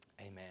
amen